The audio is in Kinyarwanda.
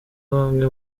bamwe